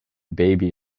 baby